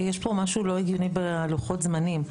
יש פה משהו לא הגיוני בלוחות הזמנים.